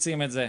מפיצים את זה.